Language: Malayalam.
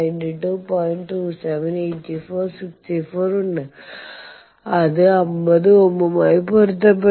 27 84 64 ഉണ്ട് അത് 50 ഓമുമായി പൊരുത്തപ്പെടുന്നു